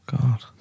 God